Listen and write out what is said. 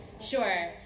Sure